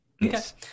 Yes